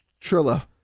Trilla